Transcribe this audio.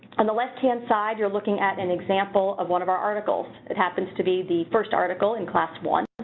on the left-hand side, you're looking at an example of one of our articles. it happens to be the first article in class one.